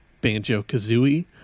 Banjo-Kazooie